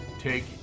Take